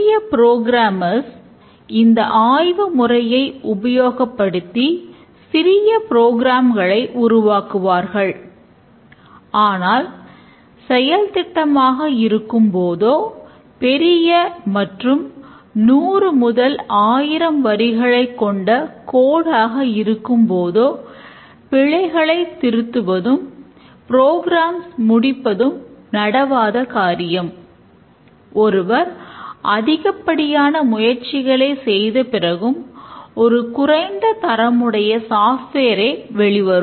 புதிய புரோகிராமர்கள் ஏ வெளிவரும்